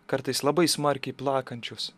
kartais labai smarkiai plakančios